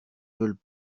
veulent